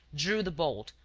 drew the bolt,